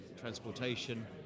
transportation